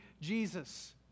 Jesus